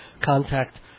contact